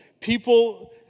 people